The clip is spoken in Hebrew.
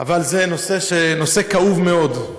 אבל זה נושא כאוב מאוד.